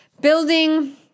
Building